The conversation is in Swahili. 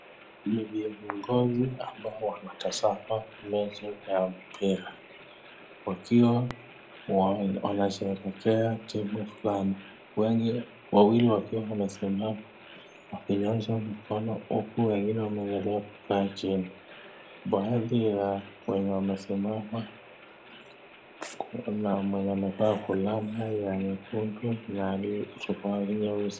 Ni viongozi ambao wanatazama mechi ya mpira, wakiwa wanasherehekea timu fulani, wawili wakiwa wamesimama wakinyosha mkono huku wengine wanaendelea kukaa chini. Baadhi ya wenye wamesimama kuna mwenye ameva fulana ya nyekundu na suruali nyeusi.